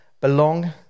belong